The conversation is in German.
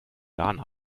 ghana